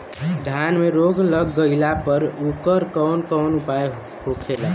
धान में रोग लग गईला पर उकर कवन कवन उपाय होखेला?